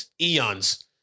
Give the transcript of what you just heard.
Eons